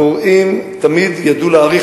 הפורעים תמיד ידעו להעריך,